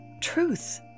Truth